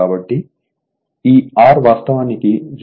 కాబట్టి ఈ R వాస్తవానికి 0